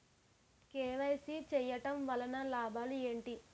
KYC చేయటం వలన లాభాలు ఏమిటి?